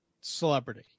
celebrity